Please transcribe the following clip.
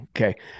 okay